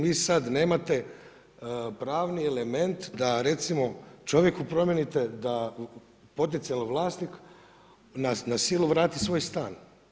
Vi sad nemate pravni element da recimo čovjeku promijenite da potencijalni vlasnik na silu vrati svoj stan.